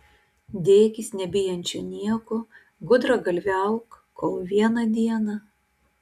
dėkis nebijančiu nieko gudragalviauk kol vieną dieną